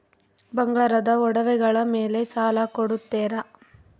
ಬಂಗಾರದ ಒಡವೆಗಳ ಮೇಲೆ ಸಾಲ ಕೊಡುತ್ತೇರಾ?